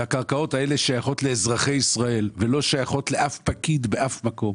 והקרקעות האלה שייכות לאזרחי ישראל ולא שייכות לאף פקיד באף מקום,